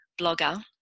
blogger